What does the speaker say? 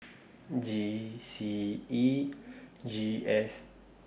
G C E G S